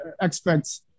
experts